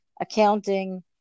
accounting